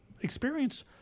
experience